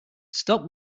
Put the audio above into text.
stop